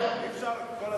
אי-אפשר כל הזמן,